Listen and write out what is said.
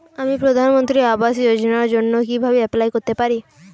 আমি প্রধানমন্ত্রী আবাস যোজনার জন্য কিভাবে এপ্লাই করতে পারি?